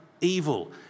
evil